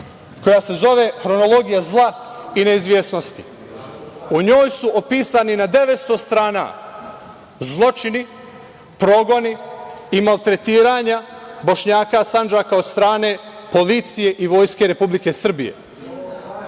koja se zove „Hronologija zla i neizvesnosti“. U njoj su opisani na 900 strana zločini, progoni i maltretiranja Bošnjaka Sandžaka od strane policije i Vojske Republike Srbije.U